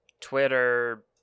Twitter